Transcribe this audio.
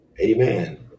Amen